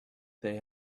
they